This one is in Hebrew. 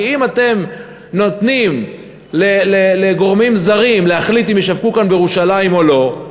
כי אם אתם נותנים לגורמים זרים להחליט אם ישווקו כאן בירושלים או לא,